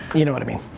you know what i mean.